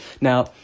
Now